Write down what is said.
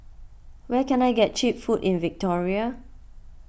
where can I get Cheap Food in Victoria